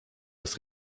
das